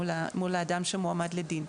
מול האדם שמועמד לדין.